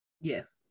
Yes